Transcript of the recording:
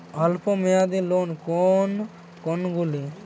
অল্প মেয়াদি লোন কোন কোনগুলি?